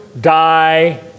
die